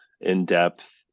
in-depth